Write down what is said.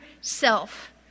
self